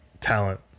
talent